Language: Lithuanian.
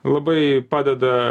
labai padeda